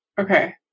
Okay